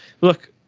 Look